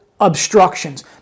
obstructions